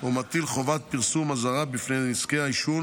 הוא מטיל חובת פרסום אזהרה בדבר נזקי העישון